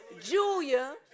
Julia